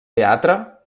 teatre